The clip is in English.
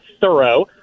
thorough